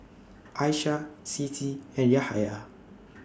Aisyah Siti and Yahaya